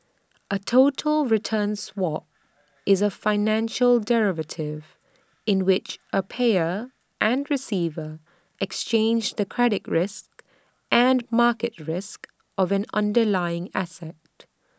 A total return swap is A financial derivative in which A payer and receiver exchange the credit risk and market risk of an underlying asset